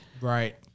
Right